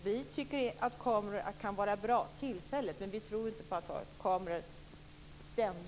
Vi tycker att kameror kan vara bra tillfälligt, men vi tror inte på att ständigt ha kameror uppe.